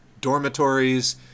dormitories